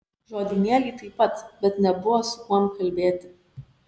žodynėlį taip pat bet nebuvo su kuom kalbėti